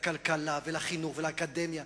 לכלכלה ולחינוך ולאקדמיה.